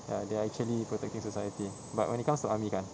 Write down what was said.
ya they're actually protecting society but when it comes to army kan